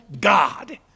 God